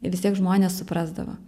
vis tiek žmonės suprasdavo